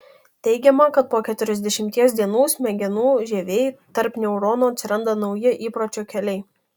teigiama kad po keturiasdešimties dienų smegenų žievėj tarp neuronų atsiranda nauji įpročio keliai